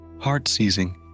Heart-seizing